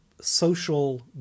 social